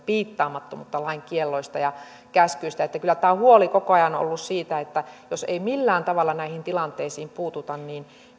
piittaamattomuutta lain kielloista ja käskyistä kyllä tämä huoli koko ajan on ollut siitä että jos ei millään tavalla näihin tilanteisiin puututa niin